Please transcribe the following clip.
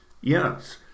Yes